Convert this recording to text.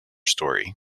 story